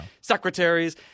secretaries